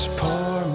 poor